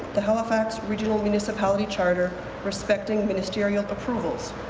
the halifax regional municipality charter respecting ministerreeral approvals.